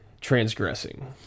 transgressing